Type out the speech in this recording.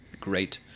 Great